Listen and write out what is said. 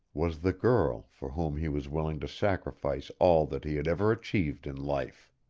was the girl for whom he was willing to sacrifice all that he had ever achieved in life.